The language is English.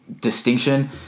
distinction